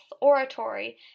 oratory